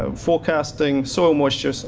ah forecasting, soil moisture